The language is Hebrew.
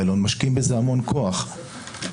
שאלה רביעית,